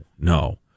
no